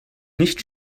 nicht